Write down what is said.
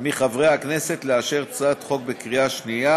מחברי הכנסת לאשר את הצעת החוק בקריאה השנייה